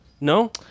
No